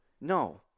No